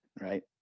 right